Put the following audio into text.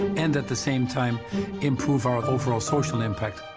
and at the same time improve our overall social impact.